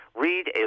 read